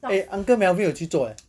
eh uncle melvin 有去做 eh